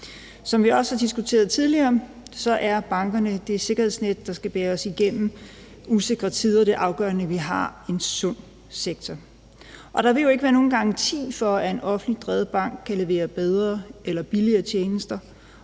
Som vi også har diskuteret tidligere, er bankerne det sikkerhedsnet, der skal bære os igennem usikre tider. Det er afgørende, at vi har en sund sektor, og der vil jo ikke være nogen garanti for, at en offentligt drevet bank kan levere bedre eller billigere tjenester.